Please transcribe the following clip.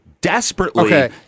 desperately